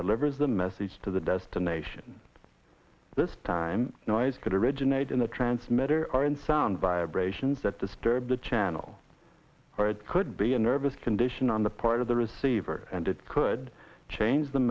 delivers the message to the destination this time noise could originate in the transmitter are in sound vibrations that disturb the channel or it could be a nervous condition on the part of the receiver and it could change the